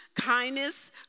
kindness